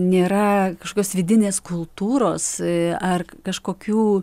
nėra kažkokios vidinės kultūros ar kažkokių